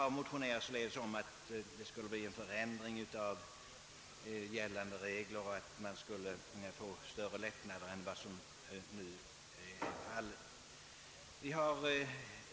I motionerna har yrkats att gällande regler skall ändras och generösare tolkning tillämpas vid beskattningen än vad nu är fallet.